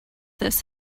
this